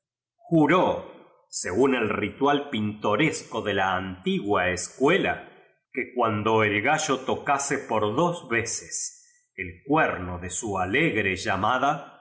ro según el ritual pintoresco de la antigua escuela que cuando el gallo tocase por dos veces el cuerno de su alegre llamada